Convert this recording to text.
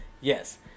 Yes